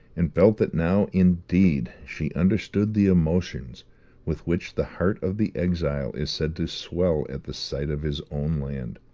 and felt that now indeed she understood the emotions with which the heart of the exile is said to swell at the sight of his own land.